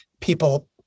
people